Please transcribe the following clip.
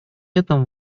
этом